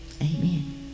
Amen